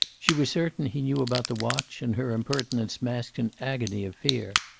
she was certain he knew about the watch, and her impertinence masked an agony of fear.